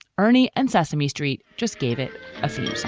ernie and sesame street just gave it a